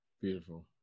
Beautiful